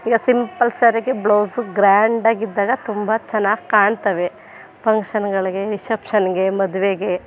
ಈಗ ಸಿಂಪಲ್ ಸ್ಯಾರಿಗೆ ಬ್ಲೌಸು ಗ್ರ್ಯಾಂಡಾಗಿದ್ದಾಗ ತುಂಬ ಚೆನ್ನಾಗಿ ಕಾಣ್ತವೆ ಫಂಕ್ಷನ್ಗಳಿಗೆ ರಿಸೆಪ್ಷನ್ಗೆ ಮದುವೆಗೆ